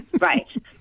right